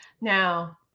Now